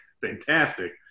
fantastic